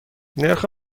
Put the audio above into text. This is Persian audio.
نرخ